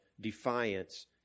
defiance